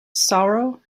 sorrow